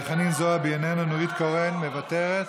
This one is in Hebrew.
חנין זועבי, איננה, נורית קורן, מוותרת,